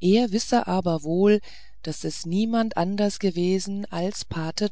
er wisse aber wohl daß es niemand anders gewesen als pate